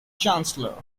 chancellor